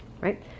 Right